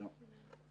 אין.